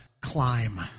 climb